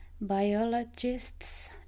biologists